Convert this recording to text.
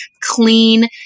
clean